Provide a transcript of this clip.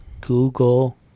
Google